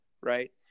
Right